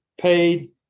paid